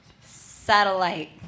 satellite